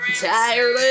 Tired